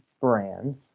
brands